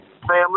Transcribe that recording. family